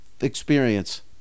experience